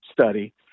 study